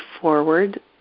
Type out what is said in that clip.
forward